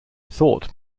thought